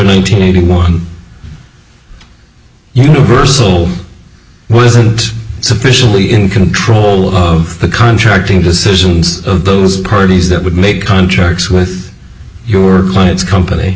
maintaining one universal wasn't sufficiently in control of the contracting decisions of those parties that would make contracts with your clients company